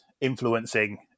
influencing